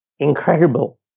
incredible